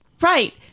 Right